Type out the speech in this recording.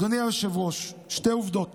אדוני היושב-ראש, שתי עובדות